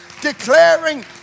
declaring